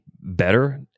better